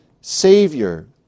Savior